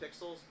Pixels